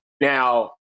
now